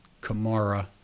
Kamara